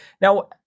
Now